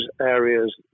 areas